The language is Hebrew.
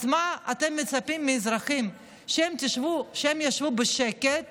אז מה אתם מצפים מהאזרחים, שהם ישבו בשקט